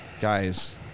Guys